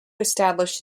establish